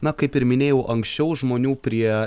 na kaip ir minėjau anksčiau žmonių prie